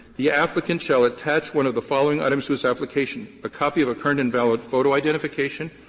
the applicant shall attach one of the following items to his application a copy of a current and valid photo identification,